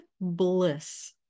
bliss